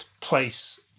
place